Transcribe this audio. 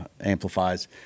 amplifies